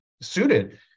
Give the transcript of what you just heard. suited